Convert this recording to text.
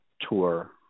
tour